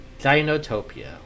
Dinotopia